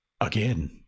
again